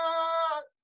God